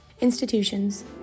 Institutions